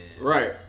Right